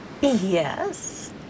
Yes